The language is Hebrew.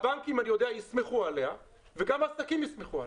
אני יודע שהבנקים ישמחו עליה וגם העסקים ישמחו עליה.